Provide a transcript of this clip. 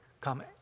come